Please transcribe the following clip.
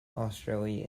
australia